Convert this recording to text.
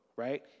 right